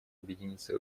объединиться